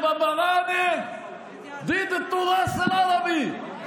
חברת הכנסת מראענה נגד לימודי השפה הערבית,